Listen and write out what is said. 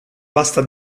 vasta